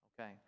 Okay